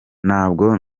ntabwo